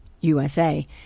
USA